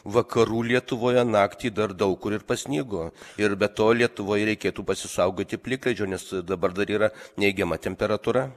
vakarų lietuvoje naktį dar daug kur ir pasnigo ir be to lietuvoje reikėtų pasisaugoti plikledžio nes dabar dar yra neigiama temperatūra